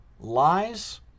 lies